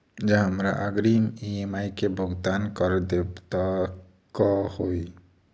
जँ हमरा अग्रिम ई.एम.आई केँ भुगतान करऽ देब तऽ कऽ होइ?